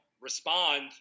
respond